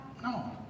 no